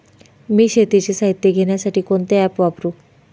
मी शेतीचे साहित्य घेण्यासाठी कोणते ॲप वापरु?